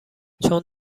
چون